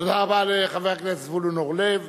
תודה רבה לחבר הכנסת זבולון אורלב.